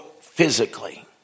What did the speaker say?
physically